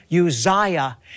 Uzziah